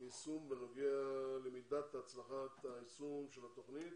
ליישום בנוגע למידת הצלחת היישום של התוכנית